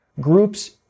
Groups